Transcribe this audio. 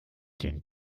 den